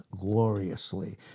gloriously